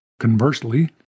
Conversely